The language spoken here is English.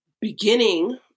beginning